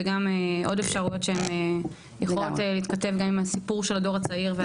וגם עוד אפשרויות שהן יכולות להתכתב גם עם הסיפור של הדור הצעיר.